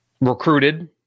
recruited